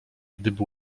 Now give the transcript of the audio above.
gdyby